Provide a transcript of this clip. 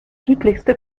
südlichste